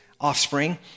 offspring